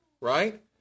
right